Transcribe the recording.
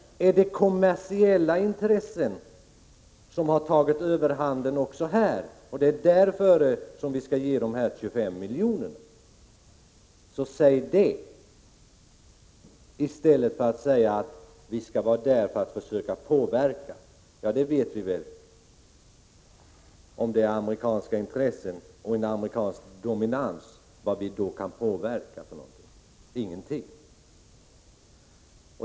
Är det kommersiella intressen som har tagit överhanden också här? Är det därför som vi skall ge dessa 25 milj.kr. till IDB? Säg i så fall det i stället för att säga att vi skall vara med i IDB för att försöka påverka. Det vet vi väl, om det är en amerikansk dominans, vad vi då kan påverka. Ingenting!